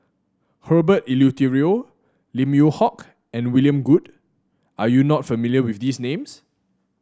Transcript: Herbert Eleuterio Lim Yew Hock and William Goode are you not familiar with these names